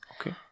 Okay